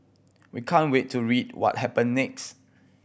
we can't wait to read what happen next